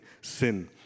sin